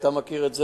ואתה מכיר את זה,